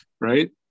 right